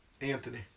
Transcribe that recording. Anthony